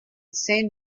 saint